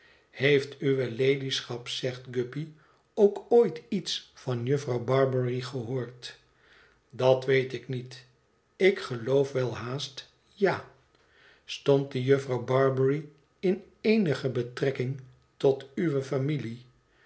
heeft uwe ladyschap zegt guppy ook ooit iets van jufvrouw barbary gehoord dat weet ik niet ik geloof wel haast ja stond die jufvrouw barbary in eenige betrekking tot uwe familie